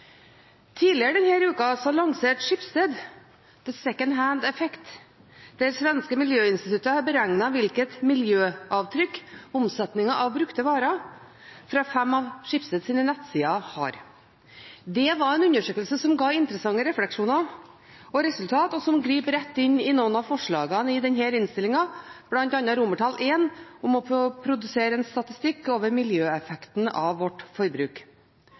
Tidligere denne uka lanserte Schibsted The Second Hand Effect, der det svenske miljøinstituttet har beregnet hvilket miljøavtrykk omsetningen av brukte varer fra fem av Schibsteds nettsider har. Det var en undersøkelse som ga interessante refleksjoner og resultater, og som griper rett inn i noen av forslagene i denne innstillingen, bl.a. I, om å produsere en statistikk over miljøeffekten av vårt forbruk.